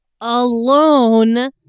alone